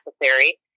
necessary